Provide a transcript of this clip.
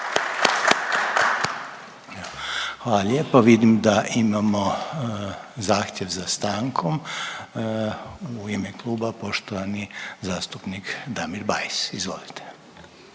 Hvala lijepo, vidim da imamo zahtjev za stankom. U ime kluba poštovani zastupnik Damir Bajs, izvolite.